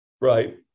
right